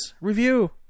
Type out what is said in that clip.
Review